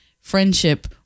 friendship